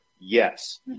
Yes